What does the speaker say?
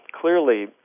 Clearly